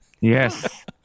Yes